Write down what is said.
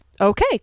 okay